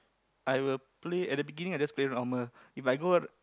I will play at the beginning I just play normal If I go